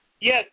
Yes